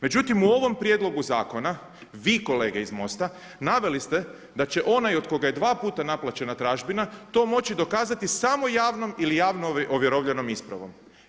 Međutim u ovom prijedlogu zakona vi kolege iz MOST-a naveli ste da će onaj od koga je dva puta naplaćena tražbina to moći dokazati samo javnom ili javno ovjerovljenom ispravom.